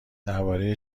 درباره